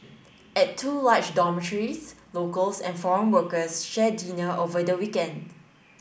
at two large dormitories locals and foreign workers share dinner over the weekend